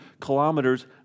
kilometers